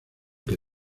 que